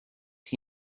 him